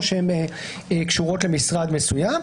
או שהן קשורות למשרד מסוים.